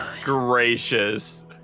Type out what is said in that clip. Gracious